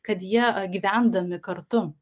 kad jie gyvendami kartu